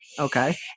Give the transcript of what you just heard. Okay